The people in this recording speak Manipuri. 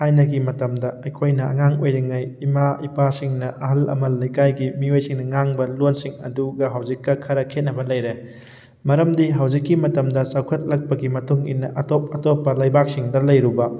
ꯊꯥꯏꯅꯒꯤ ꯃꯇꯝꯗ ꯑꯩꯈꯣꯏꯅ ꯑꯉꯥꯡ ꯑꯣꯏꯔꯤꯉꯩ ꯏꯃꯥ ꯏꯄꯥꯁꯤꯡꯅ ꯑꯍꯜ ꯂꯃꯜ ꯂꯩꯀꯥꯏꯒꯤ ꯃꯤꯑꯣꯏꯁꯤꯡꯅ ꯉꯥꯡꯕ ꯂꯣꯟꯁꯤꯡ ꯑꯗꯨꯒ ꯍꯧꯖꯤꯛꯀ ꯈꯔ ꯈꯦꯠꯅꯕ ꯂꯩꯔꯦ ꯃꯔꯝꯗꯤ ꯍꯧꯖꯤꯛꯀꯤ ꯃꯇꯝꯗ ꯆꯥꯎꯈꯠꯂꯛꯄꯒꯤ ꯃꯇꯨꯡ ꯏꯟꯅ ꯑꯇꯣꯞ ꯑꯇꯣꯞꯄ ꯂꯩꯕꯥꯛꯁꯤꯡꯗ ꯂꯩꯔꯨꯕ